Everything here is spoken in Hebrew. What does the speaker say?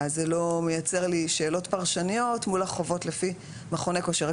ואז זה לא מייצר לי שאלות פרשניות מול החובות לפי מכוני כושר.